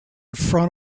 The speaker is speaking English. front